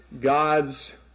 God's